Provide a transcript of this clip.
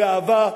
באהבה,